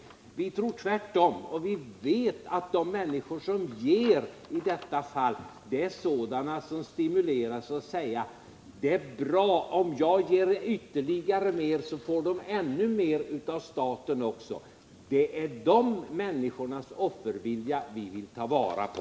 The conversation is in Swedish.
Tvärtom tror och vet vi att de människor som ger pengar i dessa sammanhang är människor som stimuleras att säga: Det är bra om jag ger ännu mer, så får de också ett ytterligare tillskott från staten. Det är de människornas offervilja vi vill ta vara på.